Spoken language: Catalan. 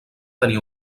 tenia